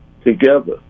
together